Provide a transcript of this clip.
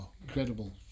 Incredible